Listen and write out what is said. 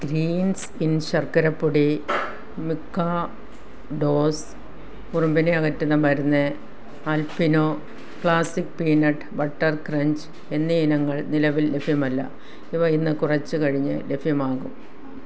Green's in ശർക്കര പൊടി Mikados ഉറുമ്പിനെ അകറ്റുന്ന മരുന്ന് Alpino classic peanut butter crunch എന്നീ ഇനങ്ങൾ നിലവിൽ ലഭ്യമല്ല ഇവ ഇന്ന് കുറച്ച് കഴിഞ്ഞ് ലഭ്യമാകും